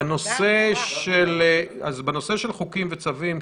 בנושא חוקים וצווים,